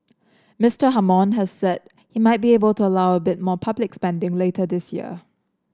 Mister Hammond has said he might be able to allow a bit more public spending later this year